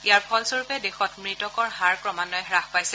ইয়াৰ ফলস্বৰূপে দেশত মৃতকৰ হাৰ ক্ৰমান্বয়ে হাস পাইছে